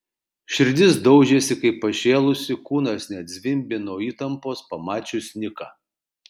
širdis daužėsi kaip pašėlusi kūnas net zvimbė nuo įtampos pamačius niką